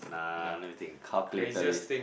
nah let me think calculated risk